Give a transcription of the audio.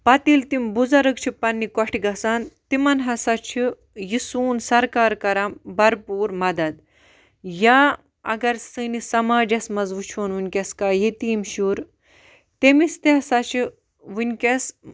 پَتہٕ ییٚلہِ تِم بُزرگ چھِ پَننہِ کۄٹھہِ گَژھان تِمَن ہَسا چھُ یہِ سون سَرکار کَران بَرپور مَدد یا اگر سٲنِس سماجَس مَنٛز وُچھہون وٕنکیٚس کانٛہہ یتیٖم شُر تٔمِس تہِ ہَسا چھُ وٕنکیٚس